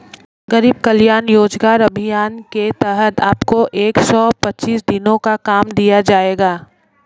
गरीब कल्याण रोजगार अभियान के तहत आपको एक सौ पच्चीस दिनों का काम दिया जाएगा